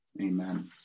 Amen